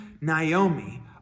Naomi